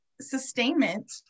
sustainment